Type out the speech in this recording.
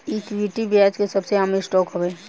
equity, ब्याज के सबसे आम स्टॉक हवे